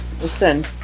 listen